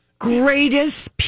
Greatest